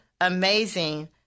amazing